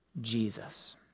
Jesus